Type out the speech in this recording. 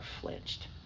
flinched